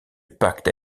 pacte